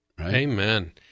Amen